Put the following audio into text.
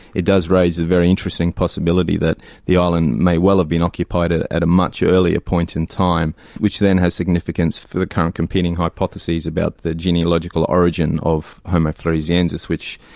it does raise a very interesting possibility that the island may well have been occupied at at a much earlier point in time, which then has significance for the current competing hypothesis about the genealogical origin of homo floresiensis which.